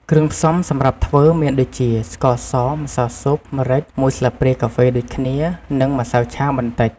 គ្រឿងផ្សំសម្រាប់ធ្វើមានដូចជា ស្ករស ម្សៅស៊ុប ម្រេច ១ស្លាបព្រាកាហ្វេដូចគ្នា និង ម្សៅឆា បន្តិច។